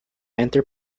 enter